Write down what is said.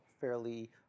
fairly